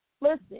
Listen